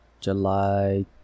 July